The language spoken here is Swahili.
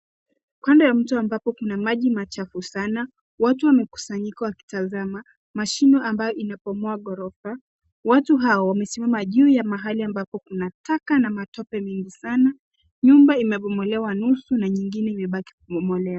Kando ya mto ambapo kuna maji machafu sana, watu wamekusanyika wakitazama mashine ambayo inabomoa ghorofa. Watu hawa wamesimama juu ya mahali ambapo kuna taka na matope mengi sana. Nyumba imebomolewa nusu na nyingine imebaki kubomolewa.